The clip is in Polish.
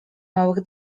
małych